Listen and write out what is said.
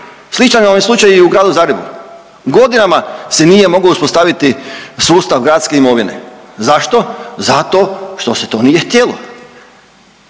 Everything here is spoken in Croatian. sličan vam je slučaj i u Gradu Zagrebu. Godinama se nije mogao uspostaviti sustav gradske imovine. Zašto? Zato što se to nije htjelo,